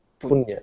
punya